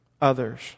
others